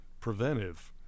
preventive